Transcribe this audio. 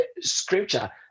scripture